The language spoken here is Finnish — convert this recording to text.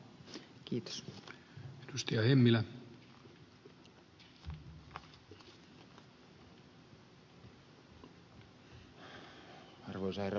arvoisa herra puhemies